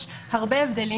יש הרבה הבדלים,